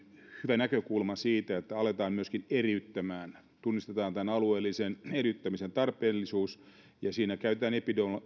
hyvä näkökulma siitä että aletaan myöskin eriyttämään tunnistetaan tämän alueellisen eriyttämisen tarpeellisuus siinä käytetään